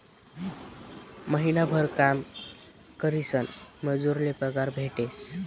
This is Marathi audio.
महिनाभर काम करीसन मजूर ले पगार भेटेस